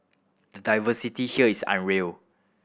the diversity here is unreal